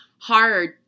hard